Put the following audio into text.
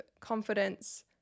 confidence